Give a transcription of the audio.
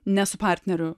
ne su partneriu